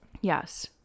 Yes